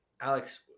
Alex